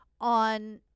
on